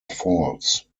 faults